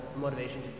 motivation